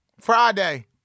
Friday